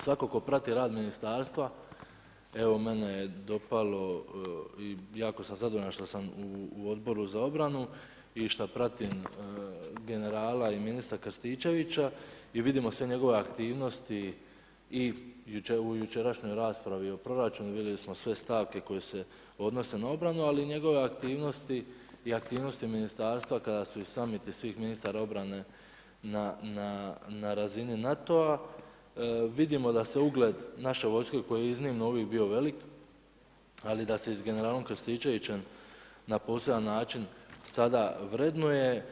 Svatko tko prati rad ministarstva evo mene je dopalo i jako sam zadovoljan što sam u odboru za obranu i što pratim generala i ministra Krtičevića i vidimo sve njegove aktivnosti i o jučerašnjoj raspravi o proračunu, vidimo se sve stavke koje se odnose na obranu, ali i njegove aktivnosti i aktivnosti ministarstva kada su i samiti svih ministra obrane na razini NATO-a vidimo da se ugled naše vojske koji je iznimno uvijek bio velik ali da se i sa generalom Krstičevićem na poseban način sada vrednuje.